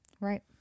Right